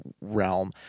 realm